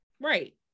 Right